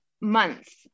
months